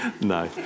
no